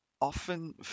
often